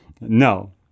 No